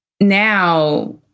Now